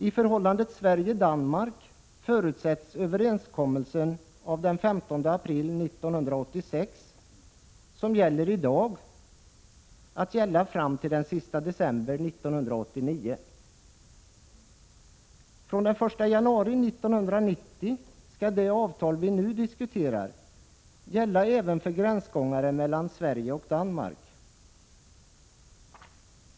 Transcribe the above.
I förhållandet Sverige-Danmark förutsätts överenskommelsen av den 15 april 1986, som gäller i dag, gälla fram till den sista december 1989. Från den 1 januari 1990 skall det avtal vi nu diskuterar gälla även för gränsgångare mellan Sverige och Danmark.